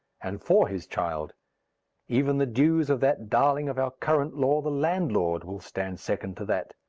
and for his child even the dues of that darling of our current law, the landlord, will stand second to that.